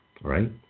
right